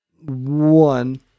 One